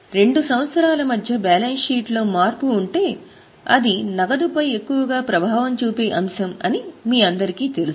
2 సంవత్సరాల మధ్య బ్యాలెన్స్ షీట్లో మార్పు ఉంటే అది నగదుపై ఎక్కువగా ప్రభావం చూపే అంశం అని మీ అందరికీ తెలుసు